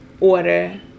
order